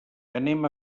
anem